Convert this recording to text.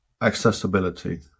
accessibility